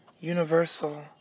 universal